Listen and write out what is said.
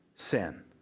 Sin